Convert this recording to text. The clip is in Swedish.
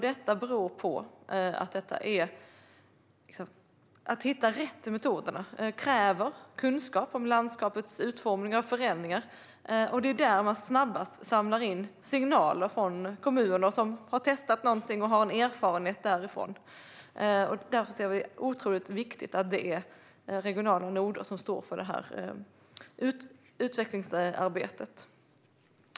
Detta beror på att det för att hitta de rätta metoderna krävs kunskap om landskapets utformning och förändringar och att det är där man snabbast samlar in signaler från kommuner som har testat någonting och har en erfarenhet därifrån. Därför ser vi det som otroligt viktigt att det är regionala noder som står för detta utvecklingsarbete.